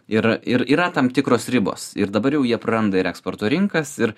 ir ir yra tam tikros ribos ir dabar jau jie praranda ir eksporto rinkas ir